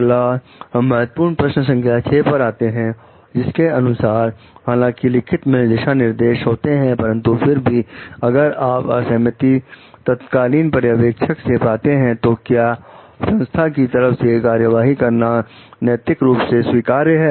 अगला हम महत्वपूर्ण प्रश्न संख्या 6 पर आते हैं जिसके अनुसार हालांकि लिखित में दिशा निर्देश होते हैं परंतु फिर भी अगर आप असहमति तत्कालीन पर्यवेक्षक से पाते हैं तो क्या संस्थान की तरफ से कार्यवाही करना नैतिक रूप से स्वीकार्य है